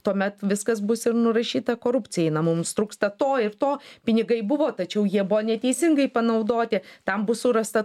tuomet viskas bus ir nurašyta korupcijai na mums trūksta to ir to pinigai buvo tačiau jie buvo neteisingai panaudoti tam bus surasta